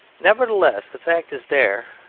nevertheless the fact is there,